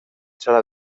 sala